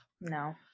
No